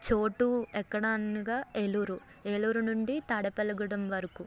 చోటు ఎక్కడనగా ఏలూరు ఏలూరు నుండి తాడేపల్లిగూడెం వరకు